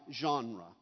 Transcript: genre